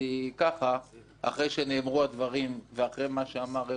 אחרי שנאמרו הדברים ואחרי מה שאמר רועי,